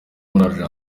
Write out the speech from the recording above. muri